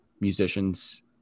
musicians